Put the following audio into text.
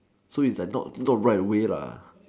so is like not bright way